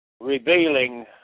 revealing